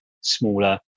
smaller